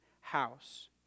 house